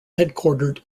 headquartered